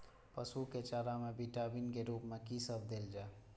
पशु के चारा में विटामिन के रूप में कि सब देल जा?